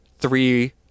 three